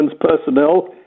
personnel